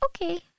okay